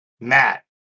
Matt